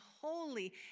holy